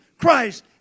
Christ